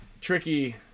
tricky